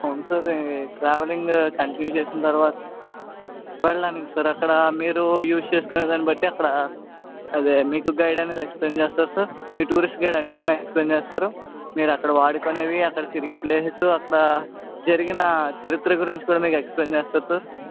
అవును సార్ ఈ travelling continue చేసిన తరువాత వెళ్ళడానికి సార్ అక్కడ మీరు యూస్ చేసుకునే దాని బట్టి అక్కడ అదే మీకు గైడ్ అనేది ఎక్స్ప్లెయిన్ చేస్తారు సార్ మీ టూరిస్ట్ గైడ్ అన్నింటిలనీ ఎక్స్ప్లెయిన్ చేస్తారు మీరు అక్కడ వాడుకునేవి అక్కడ తిరిగే ప్లేసెస్ అక్కడ జరిగిన చరిత్ర గురించి కూడా మీకు ఎక్స్ప్లెయిన్ చేస్తారు సార్